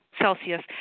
Celsius